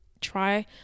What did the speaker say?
try